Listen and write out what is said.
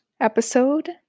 episode